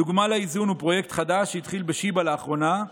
דוגמה לאיזון היא פרויקט חדש שהתחיל בשיבא לאחרונה,